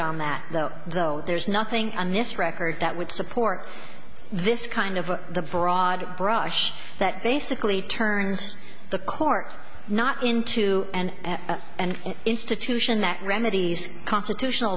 though though there's nothing on this record that would support this kind of the broad brush that basically turns the court not into an institution that remedies constitutional